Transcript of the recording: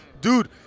Dude